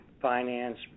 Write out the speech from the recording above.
finance